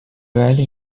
velho